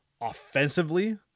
offensively